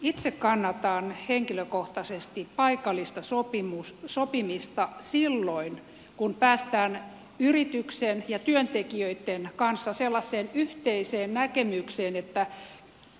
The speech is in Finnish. itse kannatan henkilökohtaisesti paikallista sopimista silloin kun päästään yrityksen ja työntekijöitten kanssa sellaiseen yhteiseen näkemykseen että